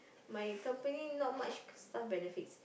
my company no much staff benefit